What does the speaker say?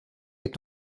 est